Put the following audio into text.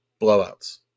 blowouts